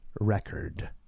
record